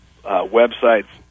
websites